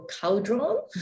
cauldron